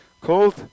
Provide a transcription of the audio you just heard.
called